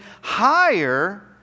higher